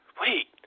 wait